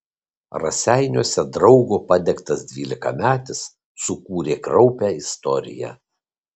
raseiniuose draugo padegtas dvylikametis sukūrė kraupią istoriją